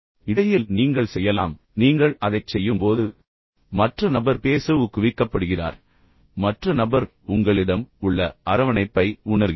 இடையில் நீங்கள் செய்யலாம் நீங்கள் அதைச் செய்யும்போது மற்ற நபர் பேச ஊக்குவிக்கப்படுகிறார் மற்ற நபர் உங்களிடம் உள்ள அரவணைப்பை உணர்கிறார்